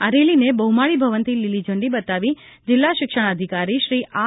આ રેલીને બહુમાળી ભવનથી લીલી ઝંડી બતાવી જિલ્લા શિક્ષણા અધિકારી શ્રી આર